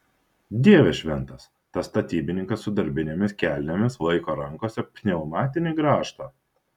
dieve šventas tas statybininkas su darbinėmis kelnėmis laiko rankose pneumatinį grąžtą